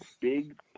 big